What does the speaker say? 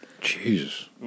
Jesus